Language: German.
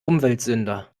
umweltsünder